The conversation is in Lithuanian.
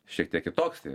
šiek tiek kitoks tai